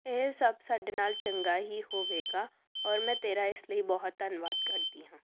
ਇਹ ਸਭ ਸਾਡੇ ਨਾਲ ਚੰਗਾ ਹੀ ਹੋਵੇਗਾ ਔਰ ਮੈਂ ਤੇਰਾ ਇਸ ਲਈ ਬਹੁਤ ਧੰਨਵਾਦ ਕਰਦੀ ਹਾਂ